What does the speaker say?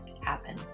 happen